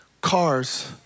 cars